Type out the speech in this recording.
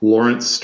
Lawrence